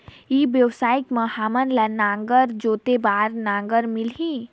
ई व्यवसाय मां हामन ला नागर जोते बार नागर मिलही?